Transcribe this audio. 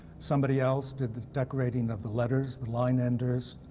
somebody else did the decorating of the letters, the line enders,